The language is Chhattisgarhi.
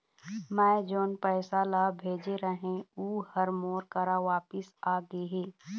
मै जोन पैसा ला भेजे रहें, ऊ हर मोर करा वापिस आ गे हे